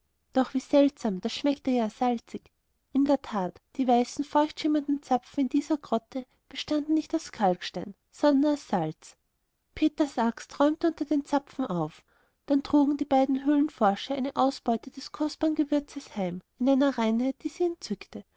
doch wie seltsam das schmeckte ja salzig und in der tat die weißen feuchtschimmernden zapfen in dieser grotte bestanden nicht aus kalkstein sondern aus salz peters axt räumte unter den zapfen auf dann trugen die beiden höhlenforscher eine ausbeute des kostbaren gewürzes heim in einer reinheit die sie entzückte